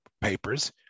papers